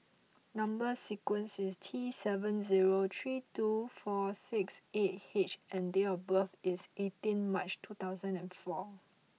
number sequence is T seven zero three two four six eight H and date of birth is eighteen March two thousand and four